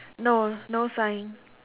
no no sign